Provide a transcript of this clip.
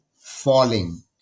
falling